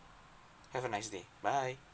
have a nice day bye